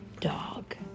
dog